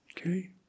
Okay